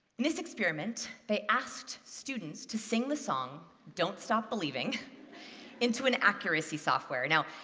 in this experiment, they asked students to sing the song don't stop believing into an accuracy software. now,